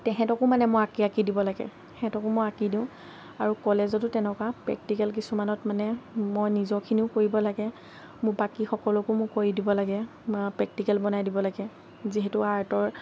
তেহেতঁকো মানে মই আঁকি আঁকি দিব লাগে তেহেঁতকো মই আঁকি দিওঁ আৰু কলেজতো তেনেকুৱা প্ৰেক্টিকেল কিছুমানত মানে মই নিজৰখিনিও কৰিব লাগে মোৰ বাকী সকলকো মই কৰি দিব লাগে বা প্ৰেক্টিকেল বনাই দিব লাগে যিহেতু আৰ্টৰ